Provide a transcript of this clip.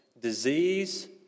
disease